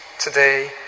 today